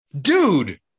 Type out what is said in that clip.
Dude